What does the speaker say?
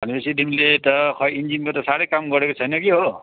भनेपछि तिमीले त खोइ इन्जिनको त साह्रै काम गरेको छैन के हो